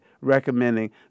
recommending